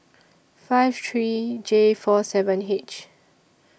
five three J four seven H